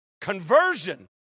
conversion